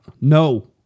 no